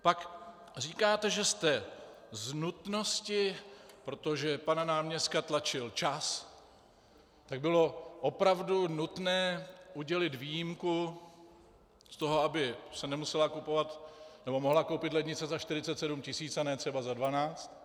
Pak říkáte, že jste z nutnosti, protože náměstka tlačil čas, tak bylo opravdu nutné udělit výjimku z toho, aby se nemusela kupovat, nebo mohla koupit lednice za 47 tisíc, a ne třeba za 12.